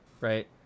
Right